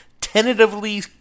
tentatively